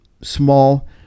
small